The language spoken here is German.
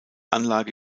anlage